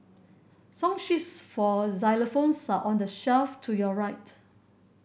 song sheets for xylophones are on the shelf to your right